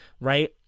Right